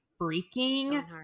freaking